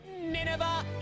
Nineveh